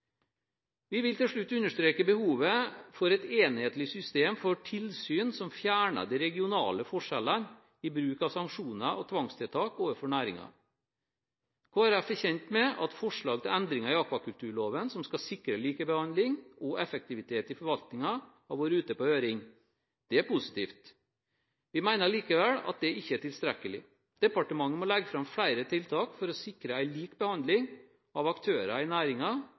Vi vil til slutt understreke behovet for et enhetlig system for tilsyn som fjerner de regionale forskjellene i bruk av sanksjoner og tvangstiltak overfor næringen. Kristelig Folkeparti er kjent med at forslag til endringer i akvakulturloven som skal sikre likebehandling og effektivitet i forvaltningen, har vært ute på høring. Det er positivt. Vi mener likevel at det ikke er tilstrekkelig. Departementet må legge fram flere tiltak for å sikre lik behandling av aktører i